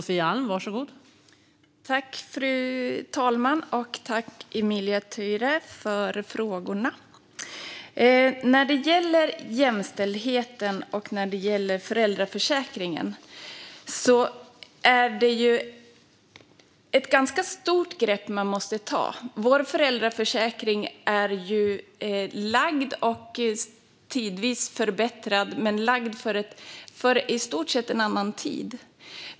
Fru talman! Tack, Emilia Töyrä, för frågorna! När det gäller jämställdheten och föräldraförsäkringen är det ett ganska stort grepp man måste ta. Vår föräldraförsäkring har tidvis förbättrats men lades i stort sett fram för en annan tid.